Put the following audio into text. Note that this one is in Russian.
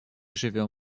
живем